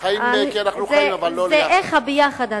חיים כי אנחנו חיים, אבל לא, איך הביחד הזה.